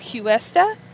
Cuesta